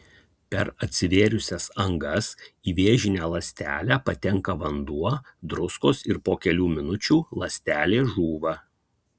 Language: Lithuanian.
per atsivėrusias angas į vėžinę ląstelę patenka vanduo druskos ir po kelių minučių ląstelė žūva